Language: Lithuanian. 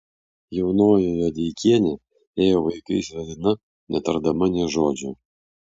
jaunoji juodeikienė ėjo vaikais vedina netardama nė žodžio